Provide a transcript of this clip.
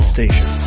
Station